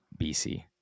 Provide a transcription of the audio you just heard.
BC